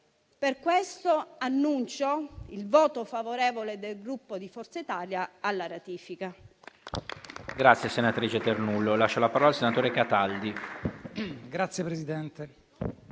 ragioni annuncio il voto favorevole del Gruppo Forza Italia sulla ratifica.